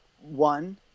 One